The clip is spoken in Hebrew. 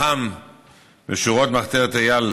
לחם כנער צעיר בשורות מחתרת אי"ל